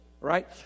right